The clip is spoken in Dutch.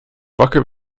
wakker